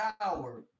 power